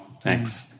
Thanks